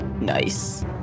Nice